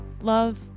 love